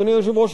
אדוני היושב-ראש,